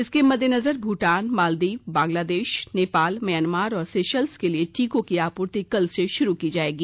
इसके मद्देनजर भूटान मालदीव बंगलादेश नेपाल म्यनमार और सेशल्स के लिए टीकों की आपूर्ति कल से शुरू की जाएगी